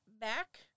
back